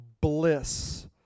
bliss